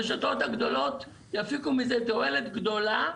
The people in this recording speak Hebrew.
הרשתות הגדולות יפיקו מזה תועלת גדולה,